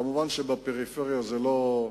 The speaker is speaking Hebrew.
מובן שבפריפריה זה לא עובד,